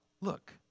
Look